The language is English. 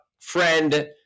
friend